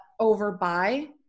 overbuy